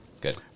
good